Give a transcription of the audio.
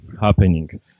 happening